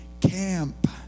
camp